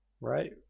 right